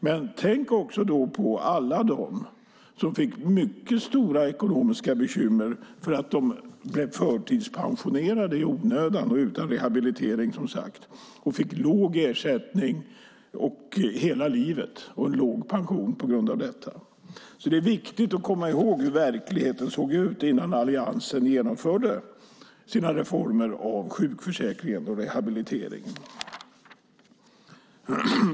Men tänk då också på alla de som fick mycket stora ekonomiska bekymmer för att de blev förtidspensionerade i onödan och utan rehabilitering, som sagt, och fick låg ersättning hela livet och en låg pension på grund av detta. Det är därför viktigt att komma ihåg hur verkligheten såg ut innan Alliansen genomförde sina reformer i fråga om sjukförsäkringen och rehabiliteringen.